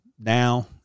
now